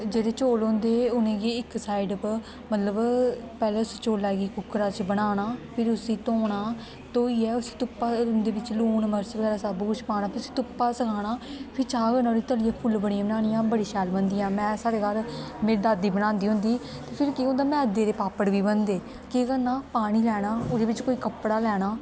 जेह्ड़े चौल होंदे उ'नें गी इक साईड उप्पर मतलब पैह्लें उस चौले गी कुकरा च बनाना फिर उस्सी धोना धोइयै उस्सी धुप्पा दे बिच्च लून मर्च बगैरा सब्भ कुछ पाना फ्ही उस्सी धुप्पा सुकाना फ्ही चाह् कन्नै तलियै फुल्लबड़ियां बनानियां बड़ियां शैल बनदियां में साढ़े घर मेरी दादी बनांदी होंदी ते फिर केह् होंदा मैदे दे पापड़ बी बनदे ते केह् करना पानी लैना ओह्दे बिच्च कोई कपड़ा लैना